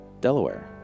Delaware